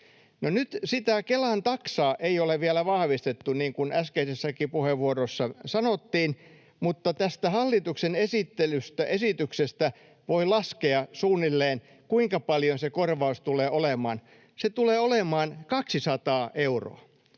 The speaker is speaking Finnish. nyt sitä Kelan taksaa ei ole vielä vahvistettu, niin kuin äskeisessäkin puheenvuorossa sanottiin, mutta tästä hallituksen esityksestä voi laskea, kuinka paljon suunnilleen se korvaus tulee olemaan. Se tulee olemaan 200 euroa.